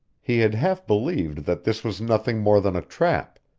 he had half believed that this was nothing more than a trap,